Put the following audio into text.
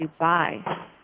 Dubai